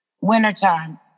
Wintertime